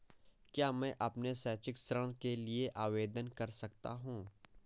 क्या मैं अपने शैक्षिक ऋण के लिए आवेदन कर सकता हूँ?